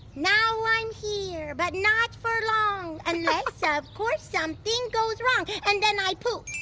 now i'm here but not for long, unless of course something goes wrong. and then i poofed.